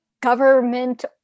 government